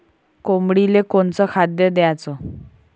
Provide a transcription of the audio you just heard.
कोंबडीले कोनच खाद्य द्याच?